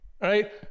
right